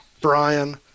Brian